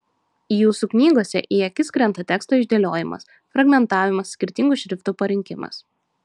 jūsų knygose į akis krenta teksto išdėliojimas fragmentavimas skirtingų šriftų parinkimas